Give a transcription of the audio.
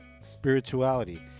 spirituality